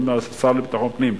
עם השר לביטחון פנים,